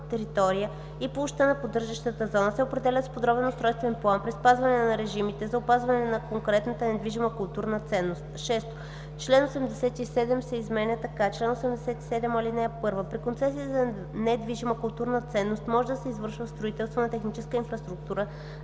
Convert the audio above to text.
територия и площта на поддържащата зона се определят с подробен устройствен план при спазване на режимите за опазване на конкретната недвижима културна ценност.“ 6. Член 87 се изменя така: „Чл. 87. (1) При концесия за недвижима културна ценност може да се извършва строителство на техническа инфраструктура,